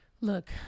Look